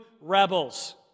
rebels